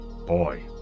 Boy